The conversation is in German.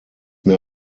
mir